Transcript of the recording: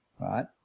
right